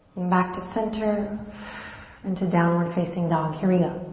back to center and to downward facing dog. here we go.